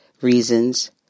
reasons